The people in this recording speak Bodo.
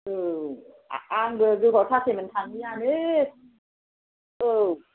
औ आंबो गोबावथारसैमोन थाङियानो औ